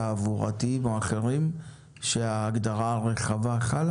חוקים תעבורתיים או אחרים שההגדרה הרחבה חלה